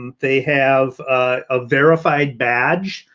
they have a verified badge.